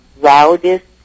loudest